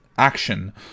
action